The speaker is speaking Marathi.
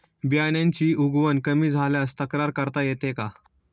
बियाण्यांची उगवण कमी झाल्यास तक्रार करता येते का?